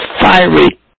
fiery